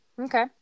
Okay